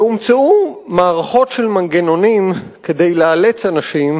והומצאו מערכות של מנגנונים כדי לאלץ אנשים